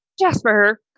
Jasper